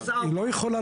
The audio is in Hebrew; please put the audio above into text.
היא לא יכולה